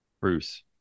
Bruce